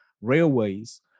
railways